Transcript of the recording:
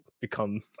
become